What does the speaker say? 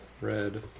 red